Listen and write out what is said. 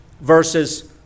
versus